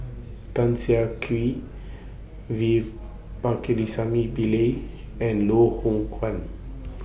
Tan Siah Kwee V Pakirisamy Pillai and Loh Hoong Kwan